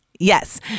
Yes